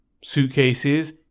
suitcases